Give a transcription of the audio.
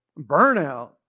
Burnout